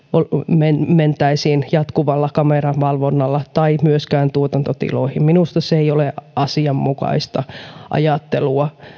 mentäisiin jatkuvalla kameravalvonnalla tai myöskään tuotantotiloihin minusta se ei ole asianmukaista ajattelua